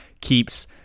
keeps